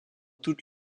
toutes